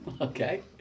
Okay